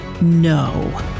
no